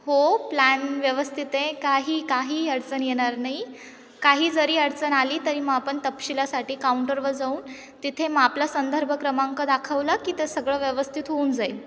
हो प्लॅन व्यवस्थित आहे काही काही अडचण येणार नाही काही जरी अडचन आली तरी म आपण तपशीलासाठी काउंटरवर जाऊन तिथे मग आपला संदर्भ क्रमांक दाखवलं की ते सगळं व्यवस्थित होऊन जाईल